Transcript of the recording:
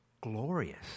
glorious